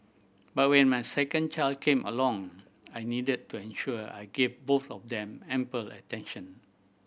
but when my second child came along I needed to ensure I gave both of them ample attention